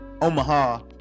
omaha